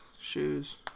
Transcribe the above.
Shoes